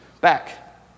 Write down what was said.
back